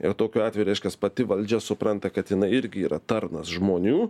ir tokiu atveju reiškias pati valdžia supranta kad jinai irgi yra tarnas žmonių